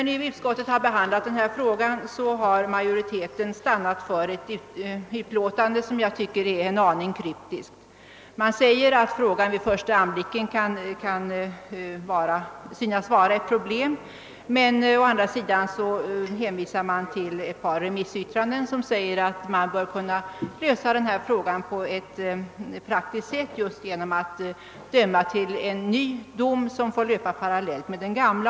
Vid utskottsbehandlingen har majoriteten stannat för ett utlåtande som jag tycker är en aning kryptiskt. Det heter i utlåtandet att vid första anblicken kan förhållandet synas utgöra ett problem, men å andra sidan hänvisas till ett par remissyttranden, vari anförs att frågan bör kunna lösas på ett praktiskt sätt just genom att en ny dom avkunnas som får löpa parallellt med den gamla.